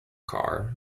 car